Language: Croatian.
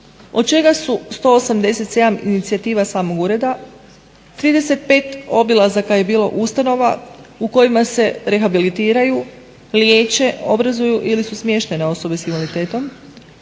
od čega su 187 inicijativa samog ureda, 35 obilazaka je bilo ustanova u kojima se rehabilitiraju, liječe, obrazuju ili su smještene osobe sa invaliditetom,